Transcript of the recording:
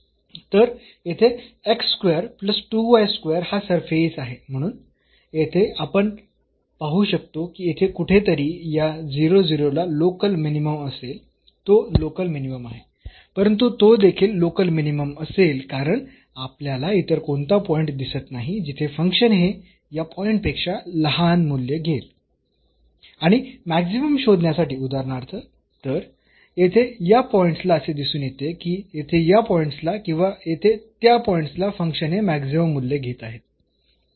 तर येथे हा सर्फेस आहे म्हणून येथे आपण पाहू शकतो की येथे कुठेतरी या 00 ला लोकल मिनिमम असेल तो लोकल मिनिमम आहे परंतु तो देखील लोकल मिनिमम असेल कारण आपल्याला इतर कोणता पॉईंट दिसत नाही जिथे फंक्शन हे या पॉईंट पेक्षा लहान मूल्य घेईल आणि मॅक्सिमम शोधण्यासाठी उदाहरणार्थ तर येथे या पॉईंट्सला असे दिसून येते की येथे या पॉईंटला किंवा येथे त्या पॉईंटला फंक्शन हे मॅक्सिमम मूल्ये घेत आहे